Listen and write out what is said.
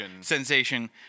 sensation